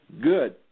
good